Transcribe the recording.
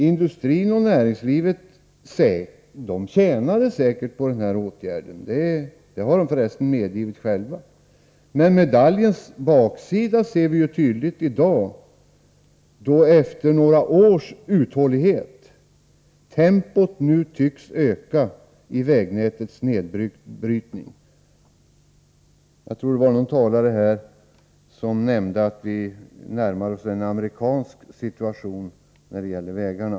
Industrin och näringslivet tjänade säkerligen på åtgärden — det har de för resten själva medgivit. Men medaljens baksida ser vi tydligt i dag, då efter några års uthållighet tempot nu tycks öka i vägnätets nedbrytning. Någon talare nämnde att vi närmar oss en amerikansk situation när det gäller vägarna.